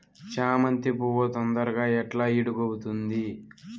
చామంతి పువ్వు తొందరగా ఎట్లా ఇడుగుతుంది?